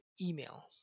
email